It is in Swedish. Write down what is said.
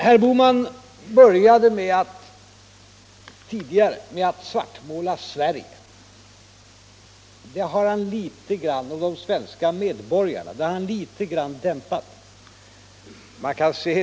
Herr Bohman svartmålade tidigare Sverige och de svenska medborgarna. Den svartmålningen har han nu dämpat litet grand.